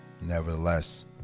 Nevertheless